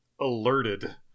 alerted